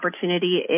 opportunity